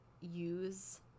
use